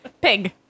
Pig